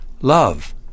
love